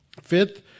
Fifth